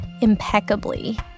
impeccably